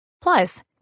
Plus